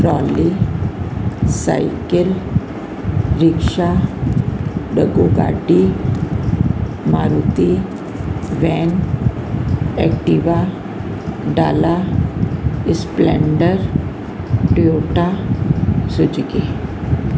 trolley cycle rickshaw ॾगो गाडी Maruti van Activa ढाला स्पलैंडर टुयोटा सुजिकी